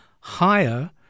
higher